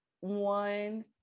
one